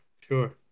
Sure